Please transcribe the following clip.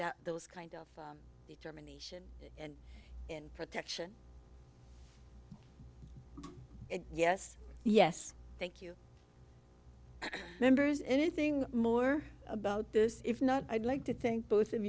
those kind of determination and in protection yes yes thank you members anything more about this if not i'd like to think both of